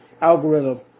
algorithm